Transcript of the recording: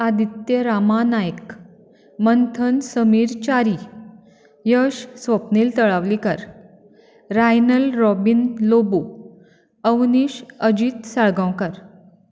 Aditya Rama Naik Manthan Sameer Chari Yash Swapnil Talavlikar Rynal Robin Lobo Avnish Ajit Salgaonkar